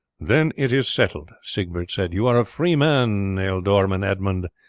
then it is settled, siegbert said. you are a free man, ealdorman edmund,